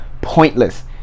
pointless